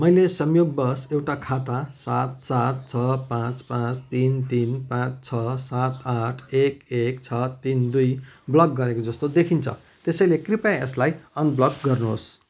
मैले संयोगवश एउटा खाता सात सात छ पाँच पाँच तिन तिन पाँच छ सात आठ एक एक छ तिन दुई ब्लक गरेको जस्तो देखिन्छ त्यसैले कृपया यसलाई अनब्लक गर्नुहोस्